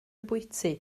bwyty